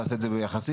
אוקיי,